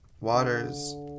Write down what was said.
waters